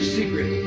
secret